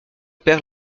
père